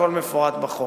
הכול מפורט בחוק.